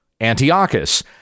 Antiochus